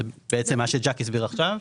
זה בעצם מה שג'ק הסביר עכשיו.